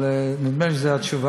אבל נדמה לי שזו התשובה.